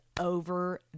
over